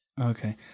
Okay